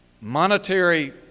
monetary